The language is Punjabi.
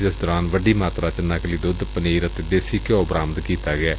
ਜਿਸ ਦੌਰਾਨ ਵੱਡੀ ਮਾਤਰਾ ਵਿੱਚ ਨਕਲੀ ਦੂੱਧ ਪਨੀਰ ਅਤੇ ਦੇਸੀ ਘਿਊ ਬਰਾਮਦ ਕੀਤਾ ਗਿਐ